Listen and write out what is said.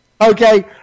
Okay